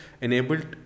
enabled